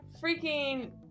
freaking